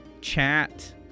chat